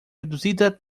reduzida